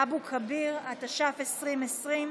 התש"ף 2020,